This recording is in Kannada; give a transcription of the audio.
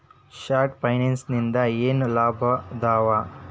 ಶಾರ್ಟ್ ಫೈನಾನ್ಸಿನಿಂದ ಏನೇನ್ ಲಾಭದಾವಾ